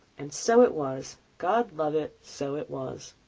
and so it was! god love it, so it was!